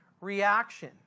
reaction